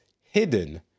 hidden